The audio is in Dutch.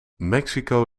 mexico